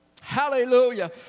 Hallelujah